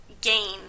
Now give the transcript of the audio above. gain